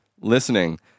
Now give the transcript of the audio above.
listening